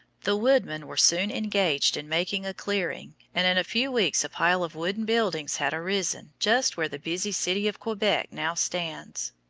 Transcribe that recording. the woodmen were soon engaged in making a clearing and in a few weeks a pile of wooden buildings had arisen just where the busy city of quebec now stands.